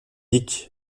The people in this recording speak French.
dick